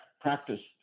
practiced